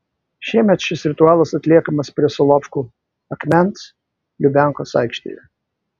šiemet šis ritualas atliekamas prie solovkų akmens lubiankos aikštėje